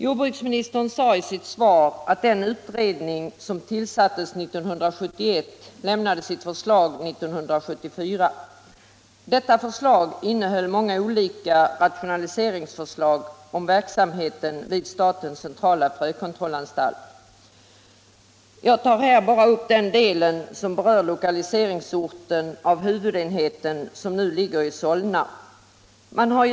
Jordbruksministern säger i sitt svar att den utredning som tillsatts 1971 lämnade sitt betänkande 1974. Detta innehöll många olika rationaliseringsförslag om verksamheten vid statens centrala frökontrollanstalt. Jag tar här bara upp den del som berör lokaliseringsorten för huvudenheten, som nu ligger i Solna.